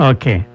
Okay